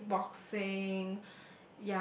kick boxing